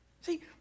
See